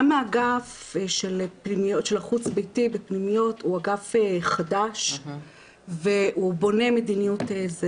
גם האגף של החוץ ביתי בפנימיות הוא אגף חדש והוא בונה מדיניות.